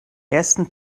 ersten